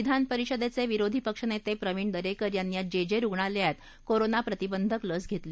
विधान परिषदेचे विरोधी पक्षनेते प्रविण दरेकर यांनी आज जे जे रुग्णालयात कोरोना प्रतिबंधक लस घेतली